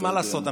מה לעשות,